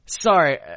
sorry